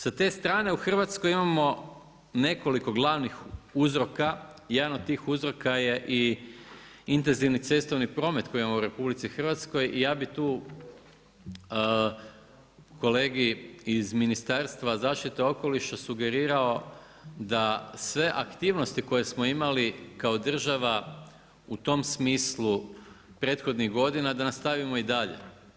Sa te strane u Hrvatskoj imamo nekoliko glavnih uzroka, jedan od tih uzroka je i intenzivni cestovni promet kojeg imamo u RH i ja bi tu kolegi iz Ministarstva zaštite okoliša, sugerirao da sve aktivnosti koje smo imali kao država u tom smislu prethodnih godina da nastavimo i dalje.